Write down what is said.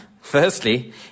firstly